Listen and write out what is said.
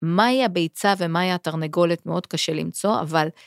מהי הביצה ומהי התרנגולת מאוד קשה למצוא, אבל...